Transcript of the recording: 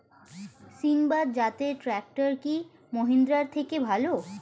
সিণবাদ জাতের ট্রাকটার কি মহিন্দ্রার থেকে ভালো?